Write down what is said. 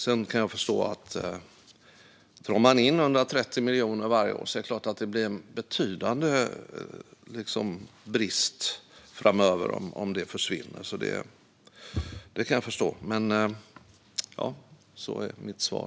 Jag kan förstå att om man drar in 130 miljoner varje år är det klart att det blir en betydande brist framöver om lotteriet försvinner.